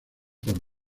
por